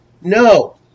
No